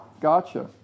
Gotcha